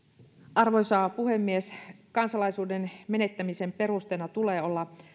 arvoisa puhemies kansalaisuuden menettämisen perusteena tulee olla